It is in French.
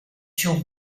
sur